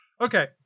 Okay